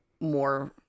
more